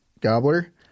Gobbler